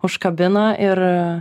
užkabino ir